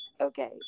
Okay